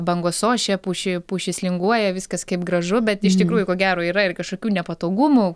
bangos ošia pušy pušys linguoja viskas kaip gražu bet iš tikrųjų ko gero yra ir kažkokių nepatogumų